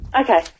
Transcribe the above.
Okay